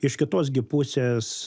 iš kitos gi pusės